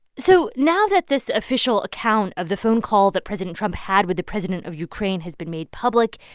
so now that this official account of the phone call that president trump had with the president of ukraine has been made public,